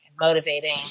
motivating